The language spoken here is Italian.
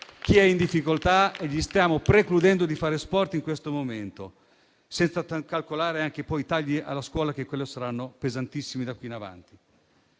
chi è in difficoltà e gli stiamo precludendo di fare sport in questo momento. Senza calcolare poi i tagli alla scuola che saranno pesantissimi da qui in avanti.